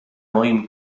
moim